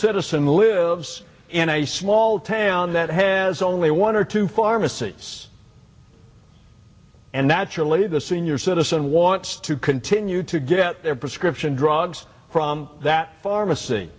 citizen lives in a small town that has only one or two pharmacies and naturally the senior citizen wants to continue to get their prescription drugs from that pharmacy